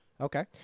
Okay